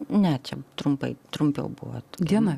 ne čia trumpai trumpiau buvo diena